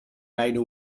rhino